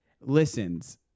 listens